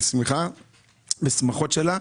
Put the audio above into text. בשמחות שלה.